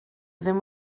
ddim